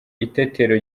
itetero